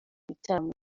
ibitaramo